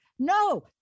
No